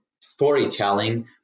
storytelling